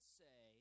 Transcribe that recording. say